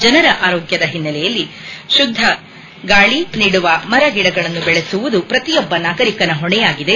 ಜನರ ಆರೋಗ್ಯದ ಹಿನ್ನೆಲೆಯಲ್ಲಿ ಶುದ್ದ ಗಾಳಿ ನೀಡುವ ಮರ ಗಿಡಗಳನ್ನು ಬೆಳೆಸುವುದು ಪ್ರತಿಯೊಬ್ಬ ನಾಗರಿಕನ ಹೊಣೆಯಾಗಿದೆ